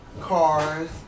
cars